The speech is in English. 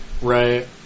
Right